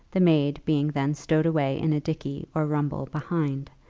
the maid being then stowed away in a dickey or rumble behind,